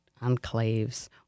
enclaves